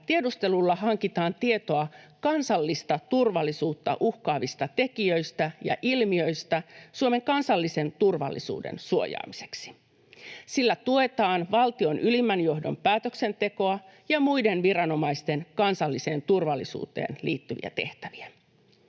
tiedustelulla hankitaan tietoa kansallista turvallisuutta uhkaavista tekijöistä ja ilmiöistä Suomen kansallisen turvallisuuden suojaamiseksi. Sillä tuetaan valtion ylimmän johdon päätöksentekoa ja muiden viranomaisten kansalliseen turvallisuuteen liittyviä tehtäviä.